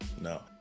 no